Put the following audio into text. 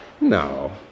No